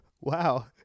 Wow